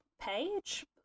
page